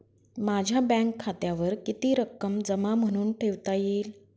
माझ्या बँक खात्यावर किती रक्कम जमा म्हणून ठेवता येईल?